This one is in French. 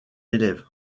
élève